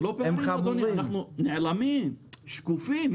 זה לא פערים, אדוני, אנחנו נעלמים, שקופים.